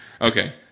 Okay